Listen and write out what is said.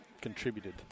contributed